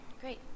Great